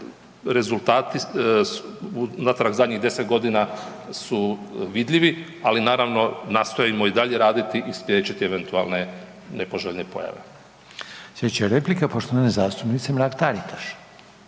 rezultati unatrag zadnjih 10.g. su vidljivi, ali naravno nastojimo i dalje raditi i spriječiti eventualne nepoželjne pojave. **Reiner, Željko (HDZ)** Slijedeća replika poštovane zastupnice Mrak-Taritaš.